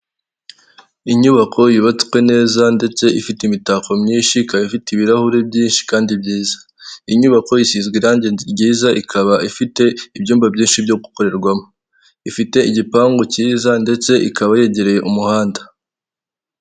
Inyubako yubatswe neza ndetse ifite imitako myinshi, ikaba ifite ibirahure byinshi kandi byiza, inyubako isizwe irangi ryiza ikaba ifite ibyumba byinshi byo gukorerwamo, ifite igipangu cyiza ndetse ikaba yegereye umuhanda.